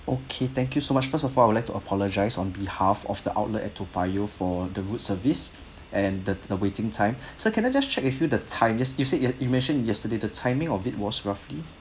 okay thank you so much first of all I would like to apologise on behalf of the outlet at Toa Payoh for the rude service and the the waiting time sir can I just check with you the times you said you mentioned yesterday the timing of it was roughly